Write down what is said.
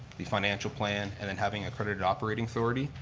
the financial plan and then having accredited operating authority.